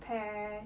pair